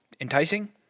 Enticing